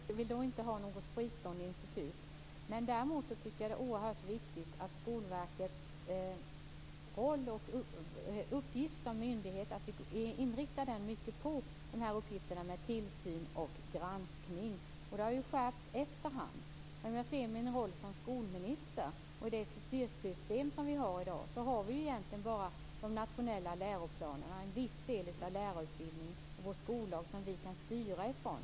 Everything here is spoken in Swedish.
Fru talman! Nej, jag vill nog inte ha något fristående institut. Däremot tycker jag att det är oerhört viktigt att vi inriktar Skolverkets roll och uppgift som myndighet på uppgifterna med tillsyn och granskning. Det här har skärpts efterhand. När jag ser på min roll som skolminister och det styrsystem vi har i dag kan jag konstatera att vi egentligen bara har de nationella läroplanerna, en viss del av lärarutbildningen och vår skollag att styra utifrån.